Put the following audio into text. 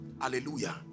Hallelujah